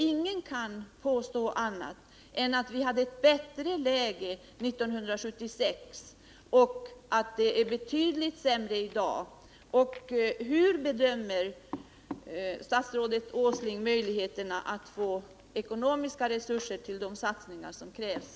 Ingen kan påstå annat än att vi hade ett bättre läge 1976 och att det är betydligt sämre i dag. Hur bedömer statsrådet Åsling möjligheterna att få ekonomiska resurser till de satsningar som krävs?